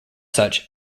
such